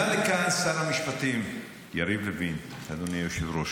עלה לכאן שר המשפטים יריב לוין, אדוני היושב-ראש,